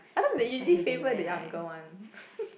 I thought they usually favour the younger one